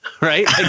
right